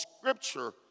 Scripture